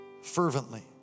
Fervently